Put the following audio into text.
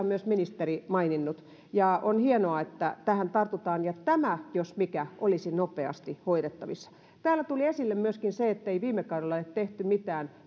myös ministeri maininnut on hienoa että tähän tartutaan ja tämä jos mikä olisi nopeasti hoidettavissa täällä tuli esille myöskin se ettei viime kaudella ole tehty mitään